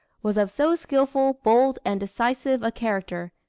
was of so skilful, bold, and decisive a character,